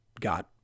got